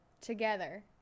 together